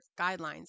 Guidelines